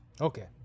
Okay